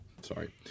sorry